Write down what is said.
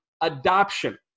adoption